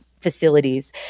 facilities